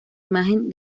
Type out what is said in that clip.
imagen